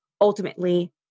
ultimately